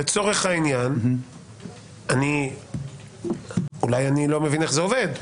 לצורך העניין, אולי אני לא מבין איך זה עובד.